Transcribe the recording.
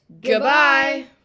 Goodbye